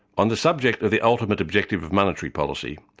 on the subject of the ultimate objective of monetary policy,